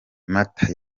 mata